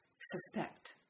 suspect